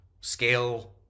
scale